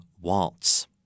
Waltz